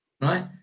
right